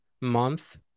month